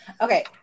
Okay